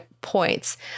points